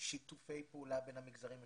שיתופי פעולה בין המגזרים השונים,